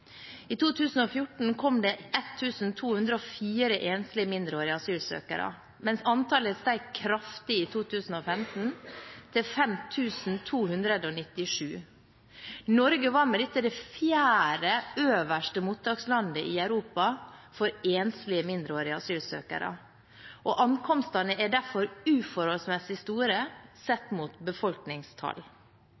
I 2014 kom det 1 204 enslige mindreårige asylsøkere, mens antallet steg kraftig i 2015, til 5 297. Norge var med dette det fjerde øverste mottakslandet i Europa for enslige mindreårige asylsøkere, og ankomstene er derfor uforholdsmessig store